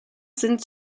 sind